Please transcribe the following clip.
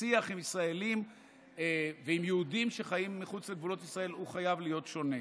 השיח עם ישראלים ועם יהודים שחיים מחוץ לגבולות ישראל חייב להיות שונה.